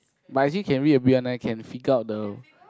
but actually can read abit one eh can figure out the